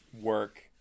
Work